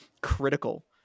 critical